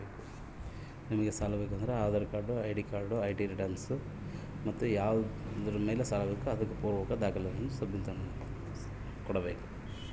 ನಮಗೆ ಸಾಲ ಬೇಕಂದ್ರೆ ಏನೇನು ಕಾಗದ ಪತ್ರ ನಿಮಗೆ ಕೊಡ್ಬೇಕು?